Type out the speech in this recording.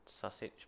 sausage